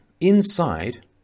inside